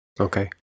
okay